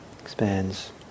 expands